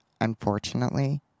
unfortunately